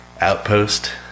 outpost